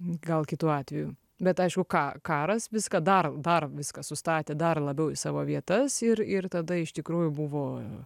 gal kitu atveju bet aišku ka karas viską dar dar viską sustatė dar labiau į savo vietas ir ir tada iš tikrųjų buvo